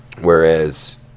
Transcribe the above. Whereas